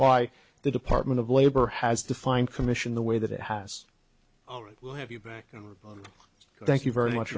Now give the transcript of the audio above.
why the department of labor has defined commission the way that it has all right we'll have you back and report thank you very much